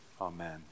amen